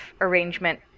arrangement